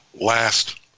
last